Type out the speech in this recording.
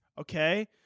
okay